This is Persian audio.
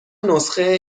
نسخه